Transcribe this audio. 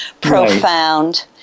profound